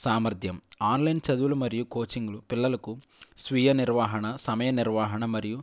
సామర్థ్యం ఆన్లైన్ చదువులు మరియు కోచింగులు పిల్లలకు స్వీయ నిర్వహణ సమయ నిర్వహణ మరియు